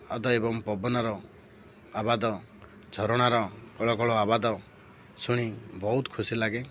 ଏବଂ ପବନର ଆବାଦ ଝରଣାର କଳକଳ ଆବାଦ ଶୁଣି ବହୁତ ଖୁସି ଲାଗେ